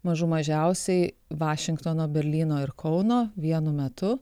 mažų mažiausiai vašingtono berlyno ir kauno vienu metu